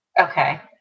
Okay